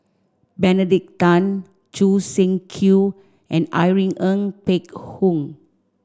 Benedict Tan Choo Seng Quee and Irene Ng Phek Hoong